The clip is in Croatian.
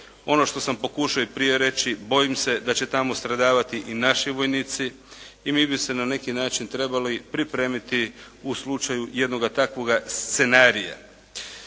Ono što sam pokušao i prije reći bojim se da će tamo stradavati i naši vojnici. I mi bi se na neki način trebali pripremiti u slučaju jednoga takvoga scenarija.